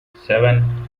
seven